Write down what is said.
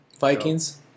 Vikings